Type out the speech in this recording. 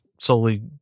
solely